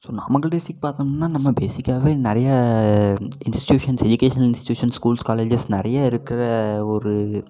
so Namakkal district பார்த்தோம்னா நம்ம பேசிக்காகவே நிறைய institutions educational institution schools colleges நிறைய இருக்கிற ஒரு